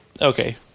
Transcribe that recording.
okay